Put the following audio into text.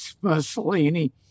Mussolini